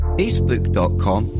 facebook.com